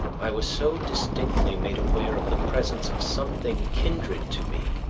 i was so distinctly made aware of the presence of something kindred to me,